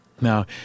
Now